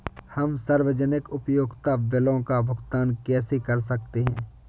हम सार्वजनिक उपयोगिता बिलों का भुगतान कैसे कर सकते हैं?